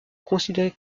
considérée